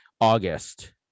August